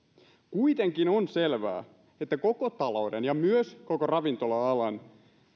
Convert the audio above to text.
kuitenkin on selvää että koko talouden ja myös koko ravintola alan